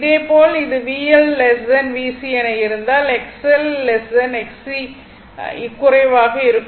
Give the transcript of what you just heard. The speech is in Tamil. இதே போல் இது VL VC என இருந்தால் XL Xc குறைவாக இருக்கும்